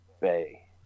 Bay